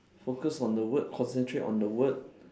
focus on the work concentrate on the work